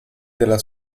della